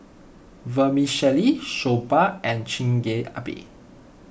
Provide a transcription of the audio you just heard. Vermicelli Soba and Chigenabe